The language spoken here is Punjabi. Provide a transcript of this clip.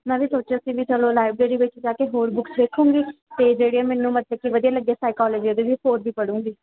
ਮੈਂ ਵੀ ਸੋਚਿਆ ਸੀ ਵੀ ਚਲੋ ਲਾਈਬ੍ਰੇਰੀ ਵਿੱਚ ਜਾ ਕੇ ਹੋਰ ਬੁੱਕਸ ਵੇਖੂੰਗੀ ਅਤੇ ਜਿਹੜੀਆਂ ਮੈਨੂੰ ਮਤਲਬ ਕਿ ਵਧੀਆ ਲੱਗੇ ਸਾਈਕੋਲੋਜੀ ਦੇ ਵੀ ਹੋਰ ਵੀ ਪੜੂੰਗੀ